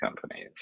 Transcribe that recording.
companies